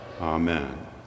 Amen